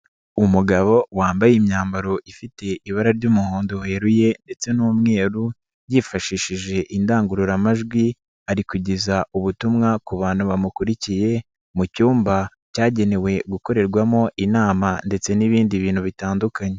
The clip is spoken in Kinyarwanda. Umugabo wambaye imyambaro ifite ibara ry'umuhondo weruye ndetse n'umweru, yifashishije indangururamajwi ari kugeza ubutumwa ku bantu bamukurikiye mu cyumba cyagenewe gukorerwamo inama ndetse n'ibindi bintu bitandukanye.